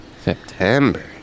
September